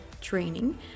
training